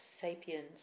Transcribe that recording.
Sapiens